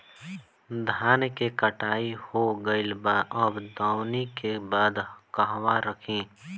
धान के कटाई हो गइल बा अब दवनि के बाद कहवा रखी?